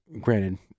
granted